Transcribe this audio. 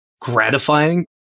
gratifying